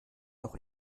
doch